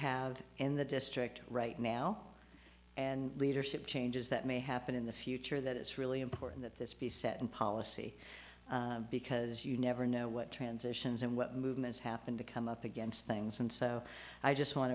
have in the district right now and leadership changes that may happen in the future that it's really important that this be set in policy because you never know what transitions and what movements happen to come up against things and so i just want